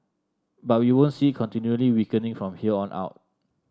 but we won't see it continually weakening from here on out